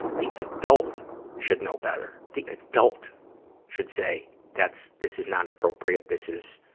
the adult should know better. the adult should say, that's, this is not appropriate, this is,